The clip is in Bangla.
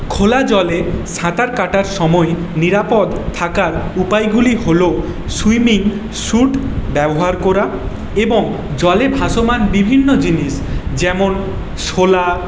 খোলা জলে সাঁতার কাটার সময় নিরাপদ থাকার উপায়গুলি হল সুইমিং স্যুট ব্যবহার করা এবং জলে ভাসমান বিভিন্ন জিনিস যেমন শোলা